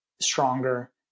stronger